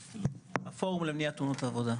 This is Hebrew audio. אני מן הפורום למניעת תאונות עבודה.